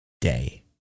day